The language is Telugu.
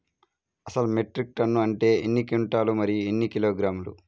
అసలు మెట్రిక్ టన్ను అంటే ఎన్ని క్వింటాలు మరియు ఎన్ని కిలోగ్రాములు?